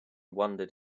wondered